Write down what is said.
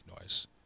noise